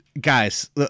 guys